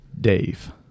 Dave